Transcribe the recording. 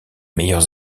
meilleurs